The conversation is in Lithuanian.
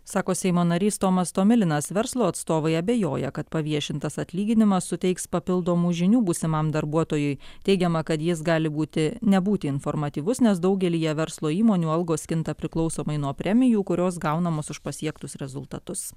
sako seimo narys tomas tomilinas verslo atstovai abejoja kad paviešintas atlyginimas suteiks papildomų žinių būsimam darbuotojui teigiama kad jis gali būti nebūti informatyvus nes daugelyje verslo įmonių algos kinta priklausomai nuo premijų kurios gaunamos už pasiektus rezultatus